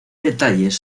detalles